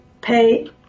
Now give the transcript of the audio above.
pay